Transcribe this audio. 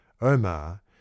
Omar